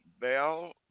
Bell